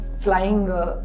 flying